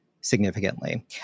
significantly